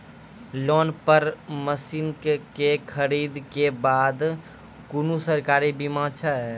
Loan पर मसीनऽक खरीद के बाद कुनू सरकारी बीमा छै?